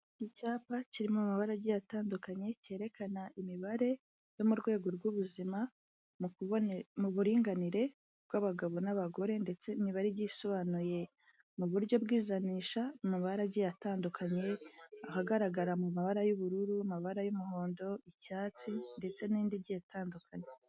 Icyapa kirimo amabaragi atandukanye, cyerekana imibare yo mu rwego rw'ubuzima muburinganire bw'abagabo n'abagore, ndetse imibare isobanuye mu buryo bwijanisha mu mabara agiye atandukanye, ahagaragara mu mabara y'ubururu, amabara y'umuhondo, icyatsi, ndetse nandi agiye atandukanye.